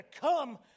come